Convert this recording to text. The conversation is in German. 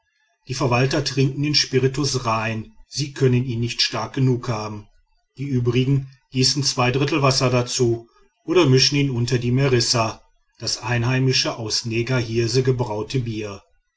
die verwalter trinken den spiritus rein sie können ihn nicht stark genug haben die übrigen gießen zwei drittel wasser dazu oder mischen ihn unter die merissa das einheimische aus negerhirse gebraute bier